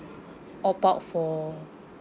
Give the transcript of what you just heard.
opt out for